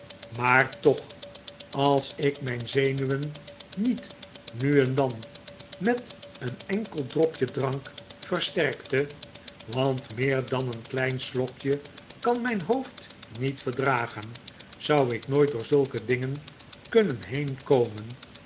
maar toch als ik mijn zenuwen niet nu en dan met een enkel dropje drank versterkte want meer dan een klein slokje kan mijn hoofd niet verdragen zou ik nooit door zulke dingen kunnen